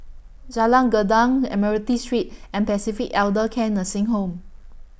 Jalan Gendang Admiralty Street and Pacific Elder Care Nursing Home